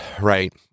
right